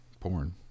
porn